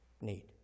need